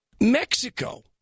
Mexico